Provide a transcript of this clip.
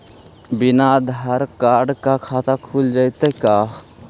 बिना आधार कार्ड के खाता खुल जइतै का?